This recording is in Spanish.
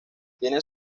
tiene